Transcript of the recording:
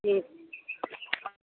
ठीक छै